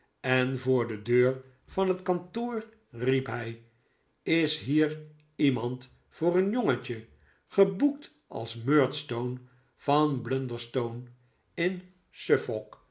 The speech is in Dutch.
en voor de deur van het kantoor riep hij is hier iemand voor een jongetje geboekt als murdstone van blunderstone in